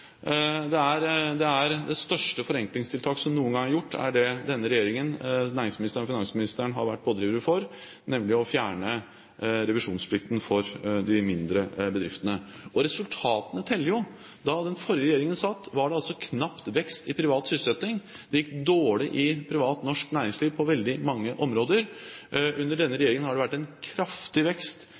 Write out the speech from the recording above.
Det største forenklingstiltak som noen gang er gjort, er under denne regjeringen, hvor næringsministeren og finansministeren har vært pådrivere for å fjerne revisjonsplikten for de mindre bedriftene. Og resultatene teller jo. Da den forrige regjeringen satt, var det knapt vekst i privat sysselsetting, det gikk dårlig i privat norsk næringsliv på veldig mange områder. Under denne regjeringen har det vært en kraftig vekst